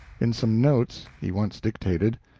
in some notes he once dictated,